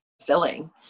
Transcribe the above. filling